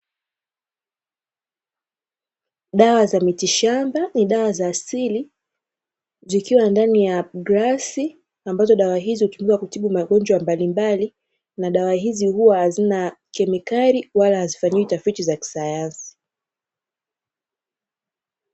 Dawa za miti shamba ni dawa za asili; zikiwa ndani ya glasi, ambazo dawa hizi hutumika kutibu magonjwa mbalimbali, na dawa hizi huwa hazina kemikali, wala hazifanyiwi tafiti za kisayansi.